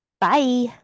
Bye